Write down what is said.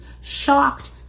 shocked